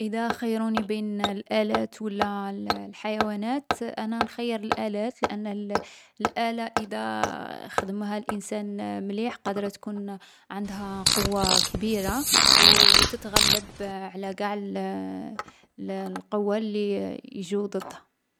اذا خيروني بين الآلات و لا الحيوانات، أنا نخيّر الآلات لأنه الـ الآلة إذا خدمها الإنسان مليح، قادرة تكون عندها قوة كبيرة، او تتغلب على قاع الـ القوات لي كاينين في العالم.